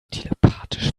telepathisch